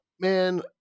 man